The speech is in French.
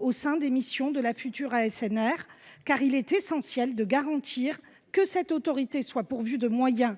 au sein des missions de la future ASNR, car il est essentiel de garantir que cette autorité soit pourvue de moyens